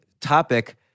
topic